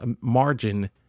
margin